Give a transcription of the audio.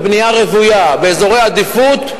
בבנייה רוויה באזורי עדיפות,